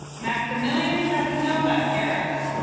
maximilian casanova harris